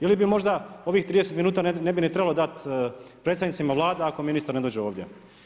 Ili bi možda ovih 30 minuta, ne bi ni trebalo dati predstavnicima Vlade, ako ministar ne dođe ovdje.